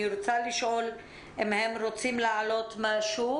אני רוצה לשאול אם הם רוצים להעלות משהו.